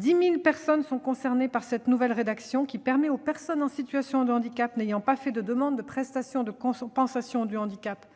Cette nouvelle rédaction permet aux personnes en situation de handicap n'ayant pas formulé de demande de prestation de compensation du handicap